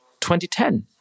2010